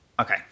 Okay